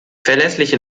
verlässliche